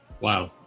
wow